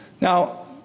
Now